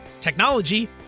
technology